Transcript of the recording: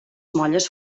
molles